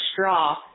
straw